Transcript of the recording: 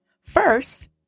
First